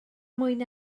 mwyn